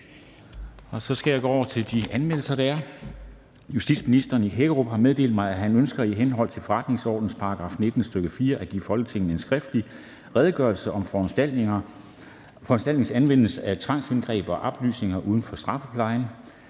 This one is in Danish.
I dag er der følgende anmeldelser: Justitsministeren (Nick Hækkerup) har meddelt mig, at han ønsker i henhold til forretningsordenens § 19, stk. 4, at give Folketinget en skriftlig Redegørelse om forvaltningens anvendelse af tvangsindgreb og oplysningspligter uden for strafferetsplejen.